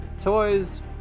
toys